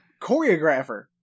choreographer